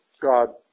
God